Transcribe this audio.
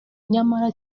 nyamara